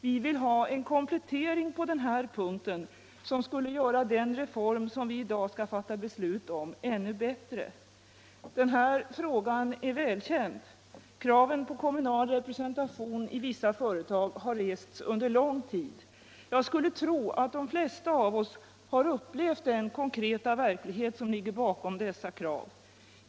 Vi vill ha en komplettering på den punkten, som skulle göra den reform vi i dag skall fatta beslut om ännu bättre. Den här frågan är välkänd. Kraven på kommunal representation i vissa företag har rests under lång tid. Jag skulle tro att de flesta av oss har upplevt den verklighet som ligger bakom dessa krav.